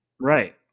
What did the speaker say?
Right